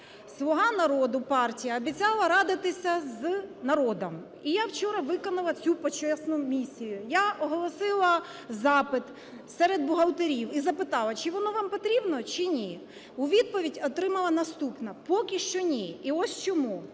"Слуга народу" партія обіцяла радитися з народом. І я вчора виконала цю почесну місію, я оголосила запит серед бухгалтерів і запитала, чи воно вам потрібно, чи ні. У відповідь отримала наступне: поки що ні, і ось чому.